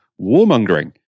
warmongering